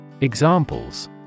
Examples